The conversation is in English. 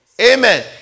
Amen